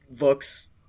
looks